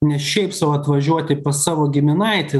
nes šiaip sau atvažiuoti pas savo giminaitį